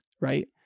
right